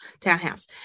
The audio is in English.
townhouse